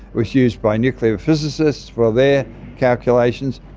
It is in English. was used by nuclear physicists for their calculations.